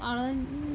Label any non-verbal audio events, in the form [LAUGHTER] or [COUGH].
[UNINTELLIGIBLE]